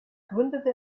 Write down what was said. gründete